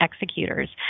executors